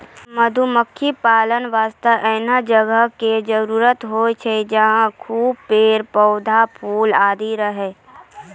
मधुमक्खी पालन वास्तॅ एहनो जगह के जरूरत होय छै जहाँ खूब पेड़, पौधा, फूल आदि रहै